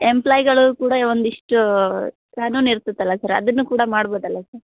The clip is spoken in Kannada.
ಎಂಪ್ಲಾಯ್ಗಳು ಕೂಡ ಒಂದಿಷ್ಟು ಕಾನೂನು ಇರ್ತೈತ್ತಲ್ಲ ಸರ್ ಅದನ್ನು ಕೂಡ ಮಾಡ್ಬೋದಲ್ಲ ಸ